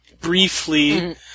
briefly